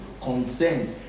Consent